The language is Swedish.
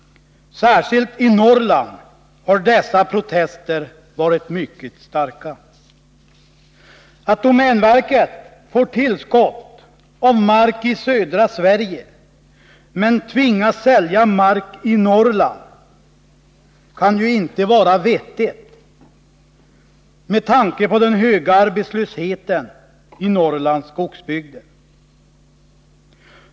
Särskilt i Norrland har dessa protester varit mycket starka. Att domänverket får tillskott av mark i södra Sverige men tvingas sälja mark i Norrland kan ju inte vara vettigt med tanke på den höga arbetslösheten i Norrlands skogsbygder.